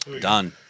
Done